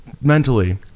mentally